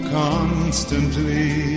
constantly